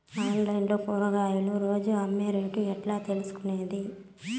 Online లో కూరగాయలు రోజు అమ్మే రేటు ఎట్లా తెలుసుకొనేది?